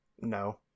No